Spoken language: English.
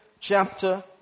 chapter